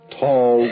tall